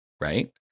right